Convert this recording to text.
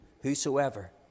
Whosoever